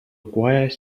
acquire